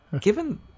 given